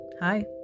Hi